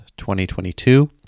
2022